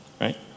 right